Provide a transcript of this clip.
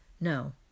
No